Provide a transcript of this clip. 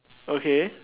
okay